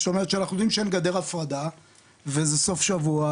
שאנחנו יודעים שאין גדר הפרדה וזה סופשבוע,